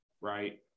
right